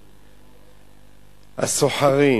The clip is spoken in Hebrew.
הסוחרים.